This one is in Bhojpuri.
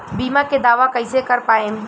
बीमा के दावा कईसे कर पाएम?